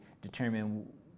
determine